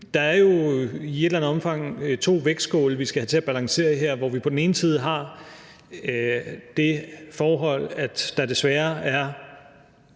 Der er jo i et eller andet omfang to vægtskåle, vi skal have til at balancere her, hvor vi på den ene side har det forhold, at der desværre er